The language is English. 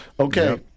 Okay